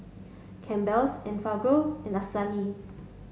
Campbell's Enfagrow and Asahi